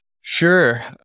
Sure